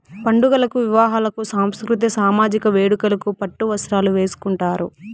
పండుగలకు వివాహాలకు సాంస్కృతిక సామజిక వేడుకలకు పట్టు వస్త్రాలు వేసుకుంటారు